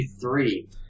three